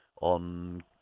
on